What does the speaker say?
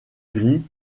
gris